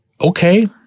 Okay